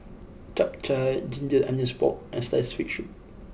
Chap Chai Ginger Onions Pork and Sliced Fish Soup